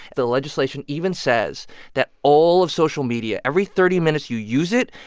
the legislation even says that all of social media every thirty minutes you use it,